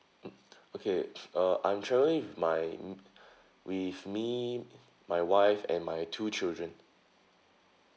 mm okay uh I'm travelling with my with me my wife and my two children